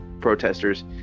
protesters